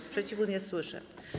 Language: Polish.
Sprzeciwu nie słyszę.